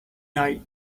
night